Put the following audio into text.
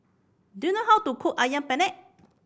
do you know how to cook Ayam Penyet